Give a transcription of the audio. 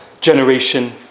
generation